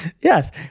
Yes